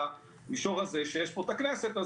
במישור הזה של הכנסת,